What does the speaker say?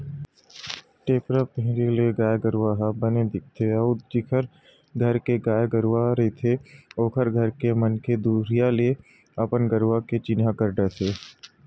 टेपरा पहिरे ले गाय गरु ह बने दिखथे अउ जेखर घर के गाय गरु रहिथे ओखर घर के मनखे दुरिहा ले अपन गरुवा के चिन्हारी कर डरथे